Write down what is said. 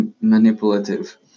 manipulative